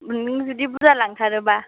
नों जुदि बुरजा लांथारोब्ला